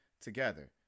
together